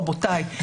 רבותיי,